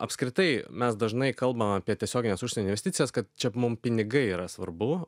apskritai mes dažnai kalbam apie tiesiogines užsienio investicijas kad čia mum pinigai yra svarbu